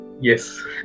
Yes